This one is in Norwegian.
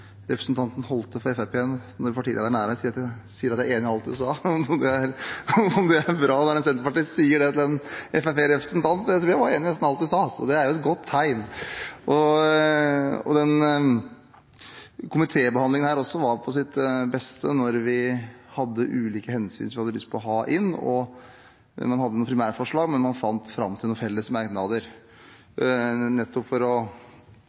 sier at jeg er enig i alt han sa – om det er bra når en fra Senterpartiet sier til en Fremskrittsparti-representant: Jeg tror jeg var enig i nesten alt du sa! Og det er jo et godt tegn! Denne komitébehandlingen var på sitt beste når vi hadde ulike hensyn som vi hadde lyst til å ha inn. Man hadde noen primærforslag, men man fant fram til noen felles merknader, nettopp for å